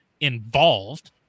involved